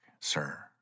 sir